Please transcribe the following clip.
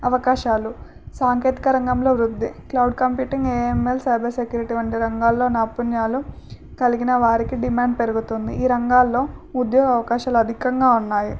అవకాశాలు సాంకేతిక రంగంలో వృద్ధి cloud computing A M L cyber security వంటి రంగాల్లో నైపుణ్యాలు కలిగిన వారికి డిమాండ్ పెరుగుతుంది ఈ రంగాల్లో ఉద్యోగ అవకాశాలు అధికంగా ఉన్నాయి